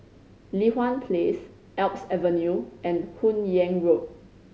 Li Hwan Place Alps Avenue and Hun Yeang Road